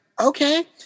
Okay